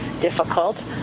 difficult